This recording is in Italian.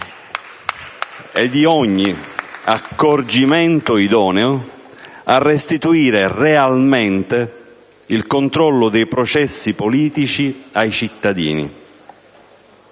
e di ogni accorgimento idoneo a restituire realmente il controllo dei processi politici ai cittadini.